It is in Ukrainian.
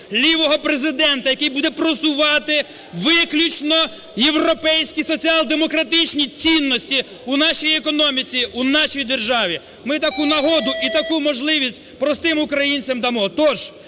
лівого президента, який буде просувати виключно європейські соціал-демократичні цінності у нашій економіці, у нашій державі. Ми таку нагоду і таку можливість простим українцям дамо.